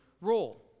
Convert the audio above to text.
role